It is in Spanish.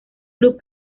club